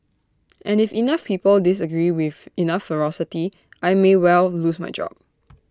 and if enough people disagree with enough ferocity I may well lose my job